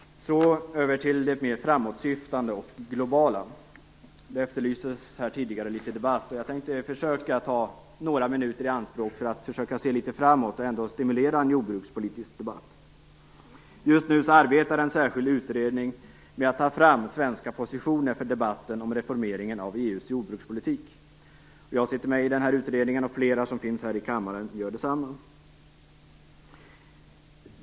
Så går jag över till det mera framåtsyftande och globala. Det efterlystes tidigare en debatt, och jag tänkte försöka ta några minuter i anspråk för att se litet framåt och stimulera en jordbrukspolitisk debatt. Just nu arbetar en särskild utredning med att ta fram svenska positioner för debatten om reformeringen av EU:s jordbrukspolitik. Jag sitter med i den utredningen, liksom flera av kammarens ledamöter.